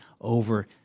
over